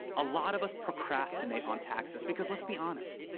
a lot of us procrastinate on taxes. because let's be honest,